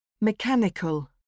Mechanical